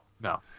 no